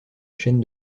chaîne